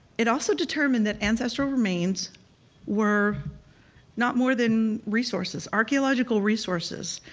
it also determined that ancestral remains were not more than resources, archeological resources,